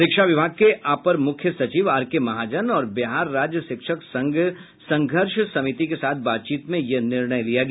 शिक्षा विभाग के अपर मुख्य सचिव आर के महाजन और बिहार राज्य शिक्षक संघ संघर्ष समिति के साथ बातचीत में यह निर्णय लिया गया